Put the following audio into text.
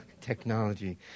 technology